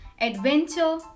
adventure